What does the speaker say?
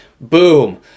Boom